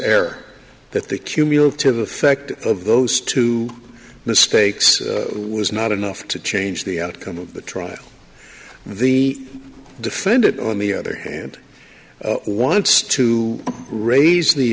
error that the cumulative effect of those two mistakes was not enough to change the outcome of the trial the defendant on the other hand wants to raise the